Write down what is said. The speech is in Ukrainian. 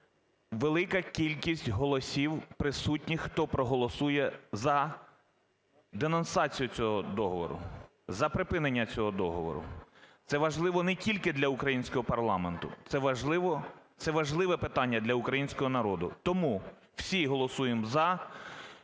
велика кількість голосів присутніх, хто проголосує за денонсацію цього договору, за припинення цього договору. Це важливо не тільки для українського парламенту, це важливо… це важливе питання для українського народу, тому всі голосуємо "за",